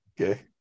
okay